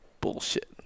Bullshit